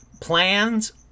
Plans